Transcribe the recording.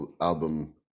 album